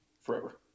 forever